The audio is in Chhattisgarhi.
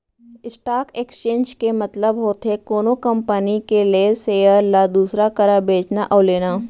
स्टॉक एक्सचेंज के मतलब होथे कोनो कंपनी के लेय सेयर ल दूसर करा बेचना अउ लेना